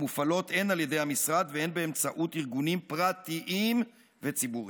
המופעלות הן על ידי המשרד והן באמצעות ארגונים פרטניים וציבוריים.